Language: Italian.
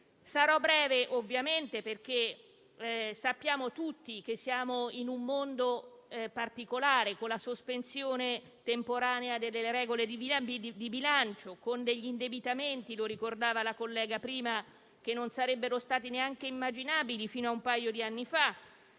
Sarò breve, perché ovviamente sappiamo tutti che siamo in una situazione particolare, con la sospensione temporanea delle regole di bilancio, con degli indebitamenti - lo ricordava prima la collega - che non sarebbero stati neanche immaginabili fino a un paio di anni fa,